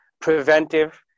preventive